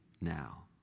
now